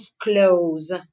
clothes